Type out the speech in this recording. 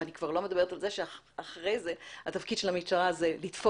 ואני כבר לא מדברת על זה שאחרי זה התפקיד של המשטרה זה לתפוס